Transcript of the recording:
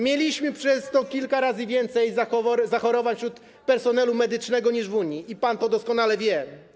Mieliśmy przez to kilka razy więcej zachorowań wśród personelu medycznego niż w Unii i pan to doskonale wie.